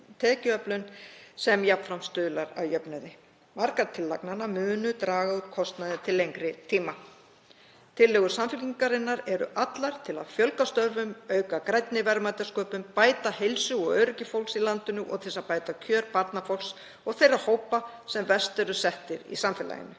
tekjuöflun sem jafnframt stuðlar að jöfnuði. Margar tillagnanna munu draga úr kostnaði til lengri tíma. Tillögur Samfylkingarinnar eru allar til að fjölga störfum, auka græna verðmætasköpun, bæta heilsu og öryggi fólksins í landinu og til að bæta kjör barnafólks og þeirra hópa sem verst eru settir í samfélaginu.